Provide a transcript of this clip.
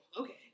okay